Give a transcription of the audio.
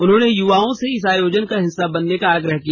उन्होंने युवाओं से इस आयोजन का हिस्सा बनने का आग्रह किया